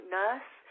nurse